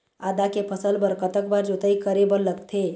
आदा के फसल बर कतक बार जोताई करे बर लगथे?